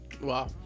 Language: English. Wow